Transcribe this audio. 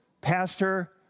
pastor